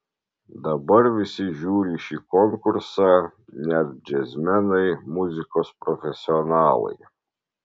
dabar visi žiūri šį konkursą net džiazmenai muzikos profesionalai